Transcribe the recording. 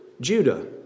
Judah